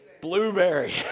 blueberry